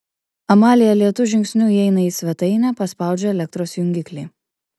amalija lėtu žingsniu įeina į svetainę paspaudžia elektros jungiklį